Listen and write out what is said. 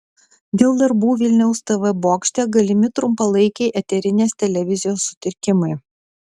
dėl darbų vilniaus tv bokšte galimi trumpalaikiai eterinės televizijos sutrikimai